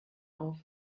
auf